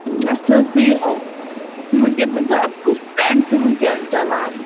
اَسہِ اوس یہِ وُنکٮ۪ن ؤنۍتَو اَسہِ کُس ٹرٛینٛڈ چھُ وُنکٮ۪ن چَلان